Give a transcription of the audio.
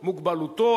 מוגבלותו,